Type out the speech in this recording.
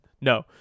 no